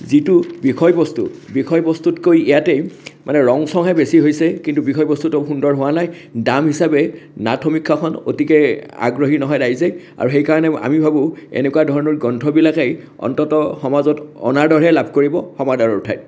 যিটো বিষয়বস্তু বিষয়বস্তুতকৈ ইয়াতেই মানে ৰং চঙহে বেছি হৈছে কিন্তু বিষয়বস্তুটো সুন্দৰ হোৱা নাই দাম হিচাপে নাট সমীক্ষাখন অতিকে আগ্ৰহী নহয় ৰাইজে আৰু সেইকাৰণে আমি ভাবোঁ এনেকুৱা ধৰণৰ গ্ৰন্থবিলাকেই অন্তত সমাজত অনাদৰহে লাভ কৰিব সমাদৰৰ ঠাইত